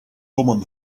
woman